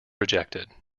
rejected